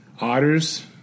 otters